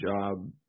job